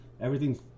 everything's